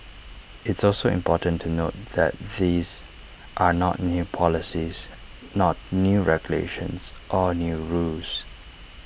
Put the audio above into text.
it's also important to note that these are not new policies not new regulations or new rules